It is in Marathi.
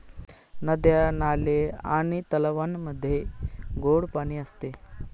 नद्या, नाले आणि तलावांमध्ये गोड पाणी असते